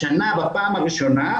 השנה בפעם הראשונה,